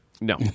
No